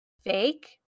fake